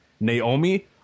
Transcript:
Naomi